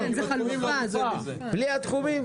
אז בלי התחומים.